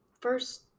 first